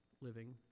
living